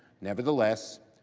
nevertheless,